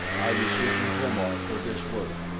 i was seeking to-mar for this work.